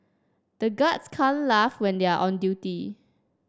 the guards can't laugh when they are on duty